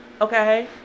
Okay